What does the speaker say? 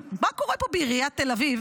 מה קורה בעיריית תל אביב,